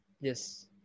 Yes